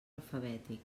alfabètic